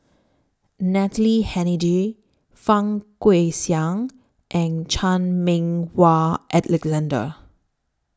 Natalie Hennedige Fang Guixiang and Chan Meng Wah Alexander